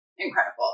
incredible